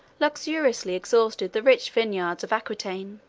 luxuriously exhausted the rich vineyards of aquitain.